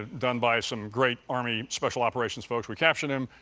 done by some greater army special operations folks, we captured him,